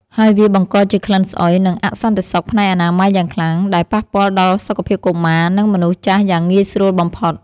ហើយវាបង្កជាក្លិនស្អុយ និងអសន្តិសុខផ្នែកអនាម័យយ៉ាងខ្លាំង ដែលប៉ះពាល់ដល់សុខភាពកុមារ និងមនុស្សចាស់យ៉ាងងាយស្រួលបំផុត។